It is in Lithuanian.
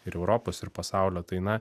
ir europos ir pasaulio tai na